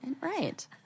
Right